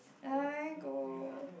I go